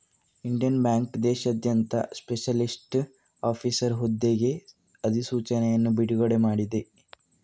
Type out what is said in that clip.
Indian Bank ದೇಶಾದ್ಯಂತ specialist officer ಹುದ್ದೆಗೆ ಅಧಿಸೂಚನೆಯನ್ನು ಬಿಡುಗಡೆ ಮಾಡಿದೆ